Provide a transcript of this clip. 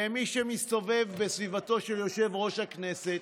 ומי שמסתובב בסביבתו של יושב-ראש הכנסת,